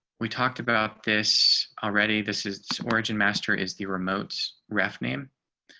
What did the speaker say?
we talked about this already. this is origin master is the remotes ref name.